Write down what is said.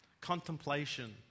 contemplation